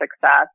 success